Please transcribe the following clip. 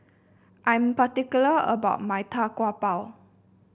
I'm particular about my Tau Kwa Pau